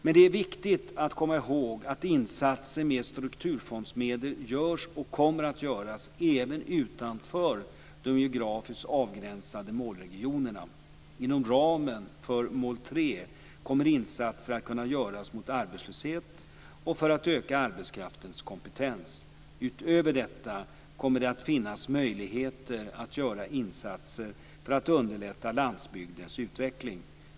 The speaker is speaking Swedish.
Det är dock viktigt att komma ihåg att insatser med strukturfondsmedel görs och kommer att göras även utanför de geografiskt avgränsade målregionerna. Inom ramen för mål 3 kommer insatser att kunna göras mot arbetslöshet och för att öka arbetskraftens kompetens. Utöver detta kommer det att finnas möjligheter att göra insatser för att underlätta landsbygdens utveckling.